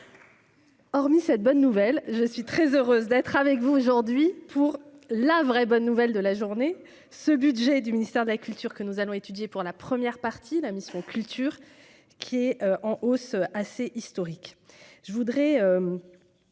Hormis cette bonne nouvelle, je suis très heureuse d'être avec vous aujourd'hui pour la vraie. Bonne nouvelle de la journée, ce budget du ministère de la culture que nous allons étudier pour la première partie, la mission culture qui est en hausse assez historique, je voudrais